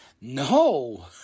No